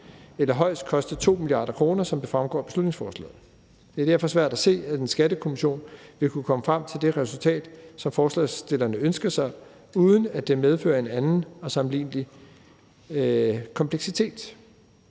eller højst koste 2 mia. kr., som det fremgår af beslutningsforslaget. Det er derfor svært at se, at en skattekommission vil kunne komme frem til det resultat, som forslagsstillerne ønsker sig, uden at det medfører en anden og sammenlignelig kompleksitet.